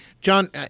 John